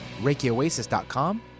ReikiOasis.com